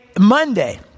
Monday